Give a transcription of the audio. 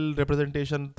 representation